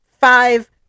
five